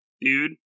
Dude